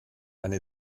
eine